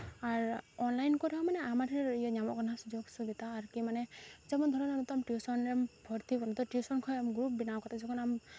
ᱟᱨ online ᱠᱚᱨᱮ ᱦᱚᱸ ᱢᱟᱱᱮ ᱟᱭᱢᱟ ᱰᱷᱮᱨ ᱤᱭᱟᱹ ᱧᱟᱢᱚᱜ ᱠᱟᱱᱟ ᱥᱩᱡᱳᱜᱽ ᱥᱩᱵᱤᱫᱷᱟ ᱟᱨᱠᱤ ᱢᱟᱱᱮ ᱡᱮᱢᱚᱱ ᱫᱷᱚᱨᱮ ᱱᱟᱣ ᱱᱤᱛᱚᱜ ᱟᱢ ᱴᱤᱭᱩᱥᱚᱱ ᱨᱮᱢ ᱵᱷᱚᱨᱛᱤ ᱟᱠᱟᱱᱟ ᱛᱚ ᱴᱤᱭᱩᱥᱚᱱ ᱠᱷᱚᱱ ᱜᱨᱩᱯ ᱵᱮᱱᱟᱣ ᱠᱟᱛᱮᱫ ᱡᱚᱠᱷᱚᱱ ᱟᱢ